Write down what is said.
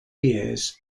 years